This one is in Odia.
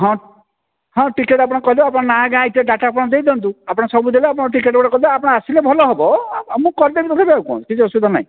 ହଁ ହଁ ଟିକେଟ୍ ଆପଣ କରିବେ ଆପଣ ନାଁ ଗାଁ ଇତ୍ୟାଦି ଡ଼ାଟା ଆପଣ ଦେଇଦିଅନ୍ତୁ ଆପଣ ସବୁ ଦେଲେ ଆପଣ ଟିକେଟ୍ ଗୋଟେ କଲେ ଆପଣ ଆସିଲେ ଭଲ ହେବ ଆଉ ମୁଁ କରିଦେବି ନହେଲେ ଆଉ କଣ କିଛି ଅସୁବିଧା ନାହିଁ